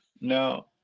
No